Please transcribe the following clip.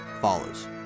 follows